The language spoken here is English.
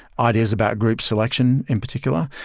ideas about group selection in particular.